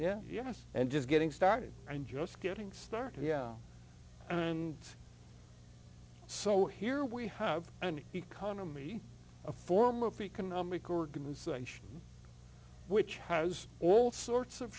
yeah yes and just getting started and just getting started yeah and so here we have an economy a form of economic organization which has all sorts of